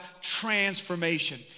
transformation